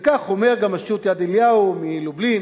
וכך אומר גם השו"ת "יד אליהו" מלובלין